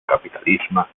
capitalisme